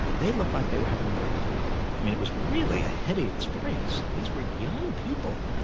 they looked like they were having a ball. i mean, it was really a heady experience. these were young people.